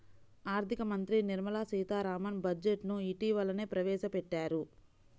ఆర్ధిక మంత్రి నిర్మలా సీతారామన్ బడ్జెట్ ను ఇటీవలనే ప్రవేశపెట్టారు